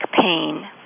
pain